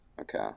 Okay